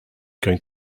going